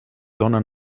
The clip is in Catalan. dóna